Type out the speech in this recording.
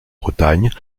bretagne